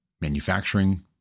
manufacturing